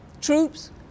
troops